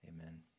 amen